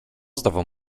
zdawał